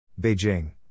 Beijing